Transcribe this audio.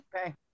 Okay